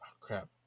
crap